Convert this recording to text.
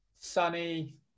Sunny